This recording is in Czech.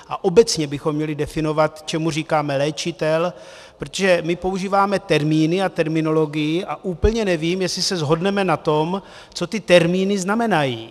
A obecně bychom měli definovat, čemu říkáme léčitel, protože my používáme termíny a terminologii a úplně nevím, jestli se shodneme na tom, co ty termíny znamenají.